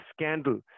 scandal